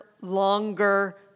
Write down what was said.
longer